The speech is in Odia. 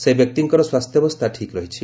ସେହି ବ୍ୟକ୍ତିଙ୍କର ସ୍ୱାସ୍ଥ୍ୟାବସ୍ଥା ଠିକ୍ ରହିଛି